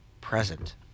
present